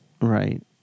right